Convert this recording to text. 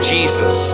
Jesus